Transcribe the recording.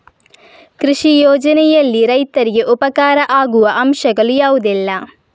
ಕೃಷಿ ಯೋಜನೆಯಲ್ಲಿ ರೈತರಿಗೆ ಉಪಕಾರ ಆಗುವ ಅಂಶಗಳು ಯಾವುದೆಲ್ಲ?